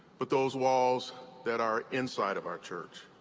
but those walls that are inside of our church.